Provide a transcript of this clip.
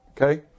okay